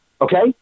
okay